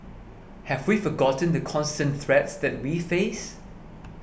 have we forgotten the constant threats that we face